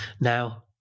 Now